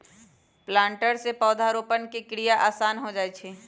planter से पौधरोपण के क्रिया आसान हो जा हई